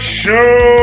show